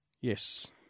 Yes